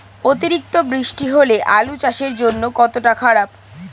অতিরিক্ত বৃষ্টি হলে আলু চাষের জন্য কতটা খারাপ?